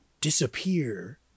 disappear